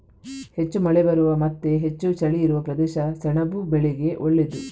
ಹೆಚ್ಚು ಮಳೆ ಬರುವ ಮತ್ತೆ ಹೆಚ್ಚು ಚಳಿ ಇರುವ ಪ್ರದೇಶ ಸೆಣಬು ಬೆಳೆಗೆ ಒಳ್ಳೇದು